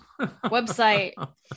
website